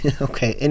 Okay